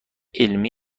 علمی